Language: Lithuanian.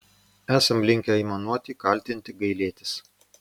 esam linkę aimanuoti kaltinti gailėtis